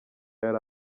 yari